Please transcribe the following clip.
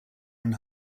when